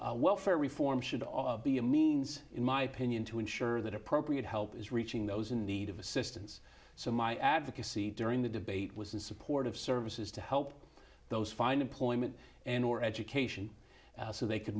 by welfare reform should also be a means in my opinion to ensure that appropriate help is reaching those in need of assistance so my advocacy during the debate was in support of services to help those find employment and or education so they could